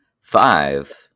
five